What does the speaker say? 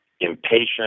impatient